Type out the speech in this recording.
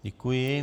Děkuji.